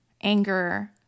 anger